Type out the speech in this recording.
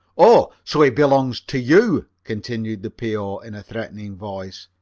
oh, so he belongs to you! continued the p o. in a threatening voice.